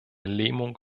lähmung